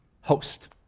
host